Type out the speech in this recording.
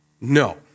No